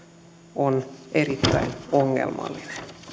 on erittäin ongelmallinen